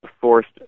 forced